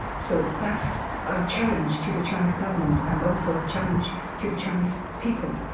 so that's a challenge to the chinese government and also a challenge to the chinese people.